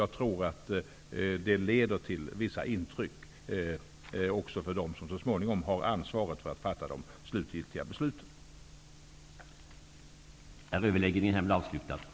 Jag tror att det leder till att också de som så småningom blir ansvariga för de slutgiltiga besluten får vissa intryck.